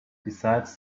besides